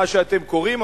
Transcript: מה שאתם קוראים,